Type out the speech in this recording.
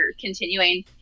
continuing